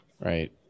right